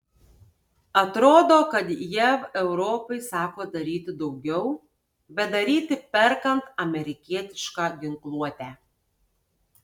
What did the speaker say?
atrodo kad jav europai sako daryti daugiau bet daryti perkant amerikietišką ginkluotę